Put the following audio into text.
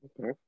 Okay